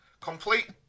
Complete